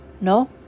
No